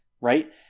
Right